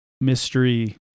mystery